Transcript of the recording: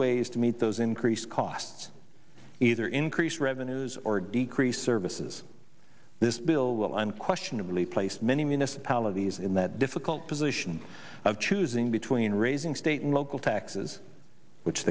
ways to meet those increased cost either increase revenues or decrease services this bill will unquestionably placed many municipalities in that difficult position of choosing between raising state and local taxes which